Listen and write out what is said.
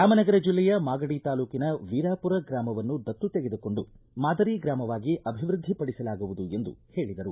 ರಾಮನಗರ ಜಿಲ್ಲೆಯ ಮಾಗಡಿ ತಾಲೂಕಿನ ವೀರಾಪುರ ಗ್ರಾಮವನ್ನು ದತ್ತು ತೆಗೆದುಕೊಂಡು ಮಾದರಿ ಗ್ರಾಮವಾಗಿ ಅಭಿವೃದ್ಧಿ ಪಡಿಸಲಾಗುವುದು ಎಂದು ಹೇಳಿದರು